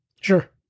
Sure